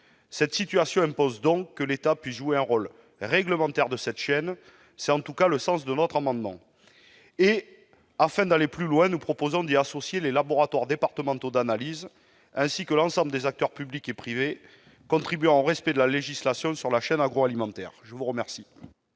Cette situation impose donc que l'État puisse jouer un rôle réglementaire pour cette chaîne. C'est le sens de notre amendement. Afin d'aller plus loin, nous proposons d'y associer les laboratoires départementaux d'analyses, ainsi que l'ensemble des acteurs publics et privés contribuant au respect de la législation relative à la chaîne agroalimentaire. Quel